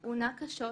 הוא עונה קשות